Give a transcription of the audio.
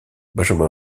benjamin